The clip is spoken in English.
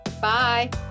Bye